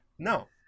No